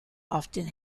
often